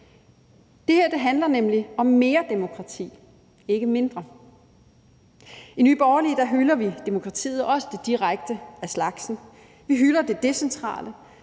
Det her handler nemlig om mere demokrati, ikke mindre. I Nye Borgerlige hylder vi demokratiet, også det direkte af slagsen. Vi hylder det decentrale,